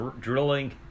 drilling